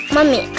Mommy